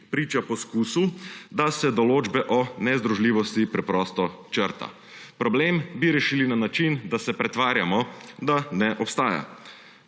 priča poskusu, da se določbe o nezdružljivosti preprosto črtajo. Problem bi rešili na način, da se pretvarjamo, da ne obstaja.